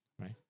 right